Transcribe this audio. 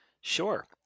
Sure